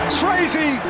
crazy